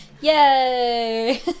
yay